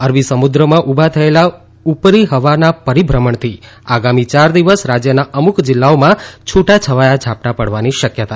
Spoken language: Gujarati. અરબી સમુદ્રમાં ઉભા થયેલા ઉપરી હવાના પરિભ્રમણથી આગામી ચાર દિવસ રાજ્યના અમુક જિલ્લાઓમાં છુટાછવાયા ઝાપટા પડવાની શક્યતા છે